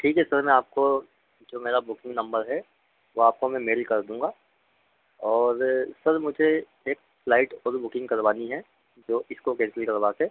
ठीक है सर मैं आपको जो मेरा बुकिंग नंबर है वह आपको मैं मेल कर दूँगा और सर मुझे एक फ़्लाइट और बुकिंग करवानी है जो इसको कैंसिल करवा के